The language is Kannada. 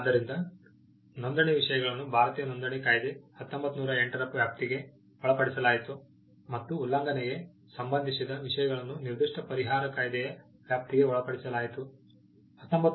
ಆದ್ದರಿಂದ ನೋಂದಣಿ ವಿಷಯಗಳನ್ನು ಭಾರತೀಯ ನೋಂದಣಿ ಕಾಯ್ದೆ 1908 ರ ವ್ಯಾಪ್ತಿಗೆ ಒಳಪಡಿಸಲಾಯಿತು ಮತ್ತು ಉಲ್ಲಂಘನೆಗೆ ಸಂಬಂಧಿಸಿದ ವಿಷಯಗಳನ್ನು ನಿರ್ದಿಷ್ಟ ಪರಿಹಾರ ಕಾಯ್ದೆಯ ವ್ಯಾಪ್ತಿಗೆ ಒಳಪಡಿಸಲಾಯಿತು